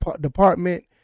department